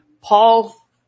Paul